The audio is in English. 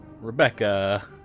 Rebecca